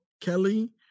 Kelly